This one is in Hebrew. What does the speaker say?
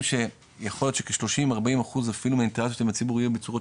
שיכול להיות שכ-30-40% אפילו מהאינטרקציות עם הציבור יהיה בצורות